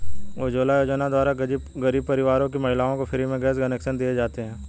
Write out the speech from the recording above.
उज्जवला योजना द्वारा गरीब परिवार की महिलाओं को फ्री में गैस कनेक्शन दिए जाते है